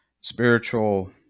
spiritual